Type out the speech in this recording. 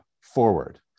forward